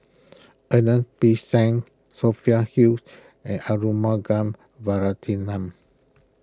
Ernest P Shanks Sophia Huge and Arumugam